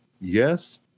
yes